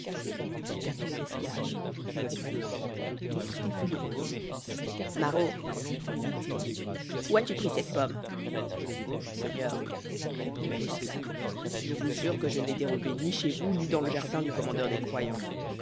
il fit appeler l'esclave qui n'était pas loin et lorsqu'il fut devant lui maraud lui dit-il où as-tu pris cette pomme seigneur répondit l'esclave je vous jure que je ne l'ai dérobée ni chez vous ni dans le jardin du commandeur des croyants